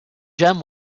gem